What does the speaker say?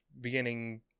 beginning